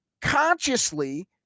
consciously